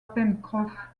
pencroff